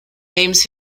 names